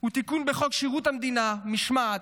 הוא תיקון בחוק שירות המדינה (משמעת),